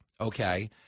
okay